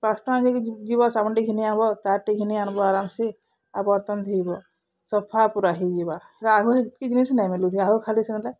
ପାଞ୍ଚ୍ ଟଙ୍କା ଦେଇକି ଯିବ ସାବୁନ୍ଟେ ଘିନି ଆନ୍ବ ତାର୍ଟେ ଘିନି ଆନ୍ବ ଆରାମ୍ସେ ଆଉ ବର୍ତ୍ତନ୍ ଧୁଇବ ସଫା ପୁରା ହେଇଯିବା ଆଗ ହେତ୍କି ଜିନିଷ୍ ନାଇଁ ମିଲୁଥାଇ ଆଗ ଖାଲି ସେ ବେଲେ